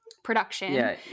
production